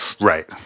Right